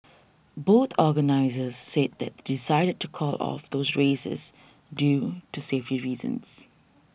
both organisers said they decided to call off those races due to safety reasons